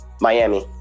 Miami